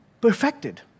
Perfected